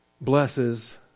blesses